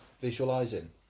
visualizing